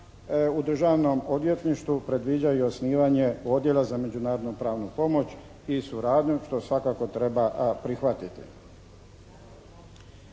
u Državnom odvjetništvu predviđa i osnivanje odjela za međunarodno pravnu pomoć i suradnju što svakako treba prihvatiti.